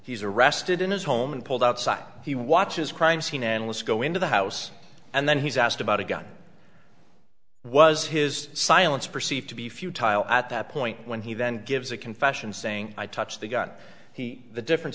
he's arrested in his home and pulled outside he watches crime scene analysts go into the house and then he's asked about a gun was his silence perceived to be futile at that point when he then gives a confession saying i touched they got he the differen